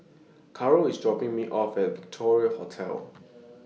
Karol IS dropping Me off At Victoria Hotel